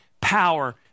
power